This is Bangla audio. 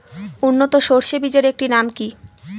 উন্নত সরষে বীজের একটি নাম কি?